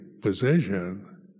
position